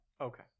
Okay